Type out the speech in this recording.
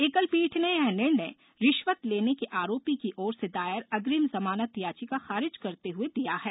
एकलपीठ ने यह निर्णय रिश्वत लेने के आरोपी की ओर से दायर अग्रिम जमानत याचिका खारिज करते हुए दिया है